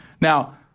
Now